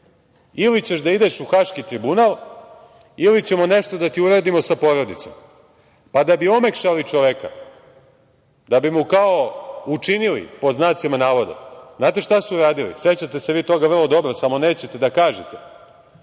ili ćeš da ideš u Haški tribunal ili ćemo nešto da ti uradimo sa porodicom. Da bi omekšali čoveka, da bi mu kao učinili, pod znacima navoda, znate šta su u radili? Sećate se vi toga vrlo dobro samo nećete da kažete,